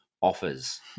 offers